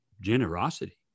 Generosity